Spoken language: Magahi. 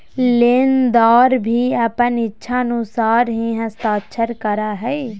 लेनदार भी अपन इच्छानुसार ही हस्ताक्षर करा हइ